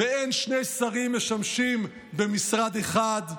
אין שני שרים משמשים במשרד אחד.